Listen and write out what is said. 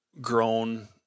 grown